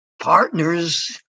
partners